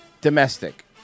domestic